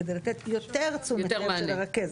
כדי לתת יותר תשומת לב של הרכזת.